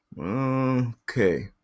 Okay